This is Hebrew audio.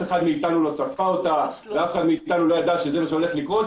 אחד מאתנו לא צפה אותה ואף אחד מאתנו לא ידע שזה מה שהולך לקרות